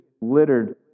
littered